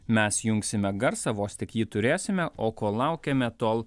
mes jungsime garsą vos tik jį turėsime o kol laukiame tol